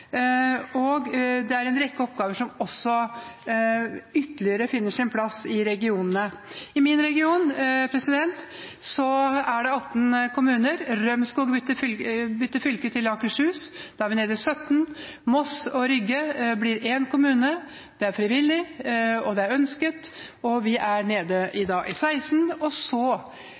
Det er ytterligere en rekke oppgaver som finner sin plass i regionene. I min region er det 18 kommuner. Rømskog vil bytte fylke til Akershus, da er vi nede i 17. Moss og Rygge blir én kommune. Det er frivillig, det er ønsket, og vi er da nede i 16. Så blir det en ny kommune etter at Trøgstad 16. mai med 1 stemmes overvekt og